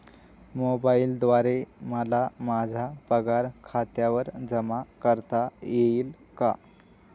मोबाईलद्वारे मला माझा पगार खात्यावर जमा करता येईल का?